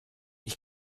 ich